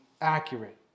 accurate